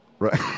right